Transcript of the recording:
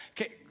Okay